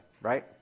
right